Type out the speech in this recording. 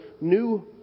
new